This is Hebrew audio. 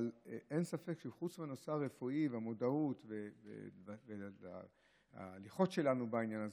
אבל אין ספק שחוץ מהנושא הרפואי והמודעות להליכות שלנו בעניין הזה,